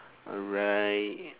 alright